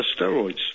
steroids